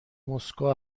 مسکو